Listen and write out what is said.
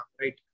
right